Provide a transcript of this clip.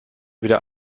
wieder